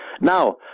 Now